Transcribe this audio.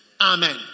Amen